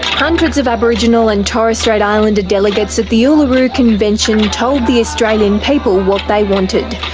hundreds of aboriginal and torres strait islander delegates at the uluru convention told the australian people what they wanted.